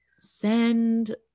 send